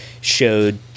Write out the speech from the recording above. showed